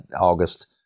August